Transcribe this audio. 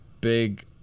big